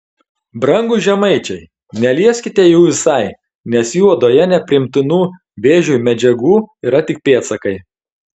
brangūs žemaičiai nelieskite jų visai nes jų odoje nepriimtinų vėžiui medžiagų yra tik pėdsakai